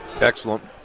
Excellent